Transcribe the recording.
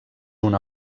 una